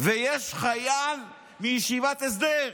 ויש חייל מישיבת הסדר,